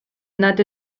nad